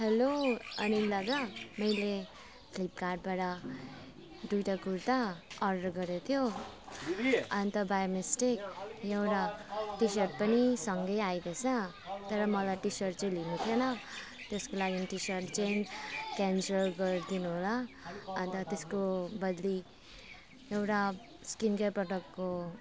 hello Anil दादा मैले फ्लिपकार्टबाट दुईवटा कुर्ता अर्डर गरे थियो अन्त बाई मिस्टेक यहाँ एउटा टिसर्ट पनि सँगै आएको छ तर मलाई टिसर्ट चाहिँ लिनु थिएन त्यसको लागि टिसर्ट चाहिँ क्यान्सल गरिदिनु होला अन्त त्यसको बद्ली एउटा स्किन केयर प्रडक्टको